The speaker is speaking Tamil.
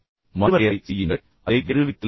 மறுவரையறை செய்யுங்கள் அதை வேறு விதத்தில் சொல்லுங்கள்